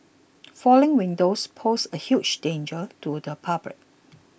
falling windows pose a huge danger to the public